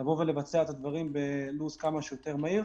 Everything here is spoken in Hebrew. לבצע את הדברים בלו"ז כמה שיותר מהיר.